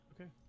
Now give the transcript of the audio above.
Okay